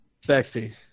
Sexy